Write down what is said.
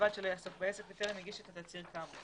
ובלבד שלא יעסוק בעסק בטרם הגיש את התצהיר כאמור.